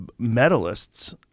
medalists